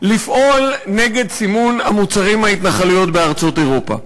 לפעול נגד סימון המוצרים מההתנחלויות בארצות אירופה.